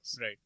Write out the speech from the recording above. Right